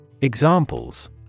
Examples